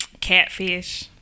catfish